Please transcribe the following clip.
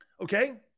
Okay